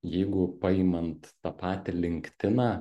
jeigu paimant tą patį linktiną